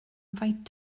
faint